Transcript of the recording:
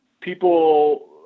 people